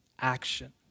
action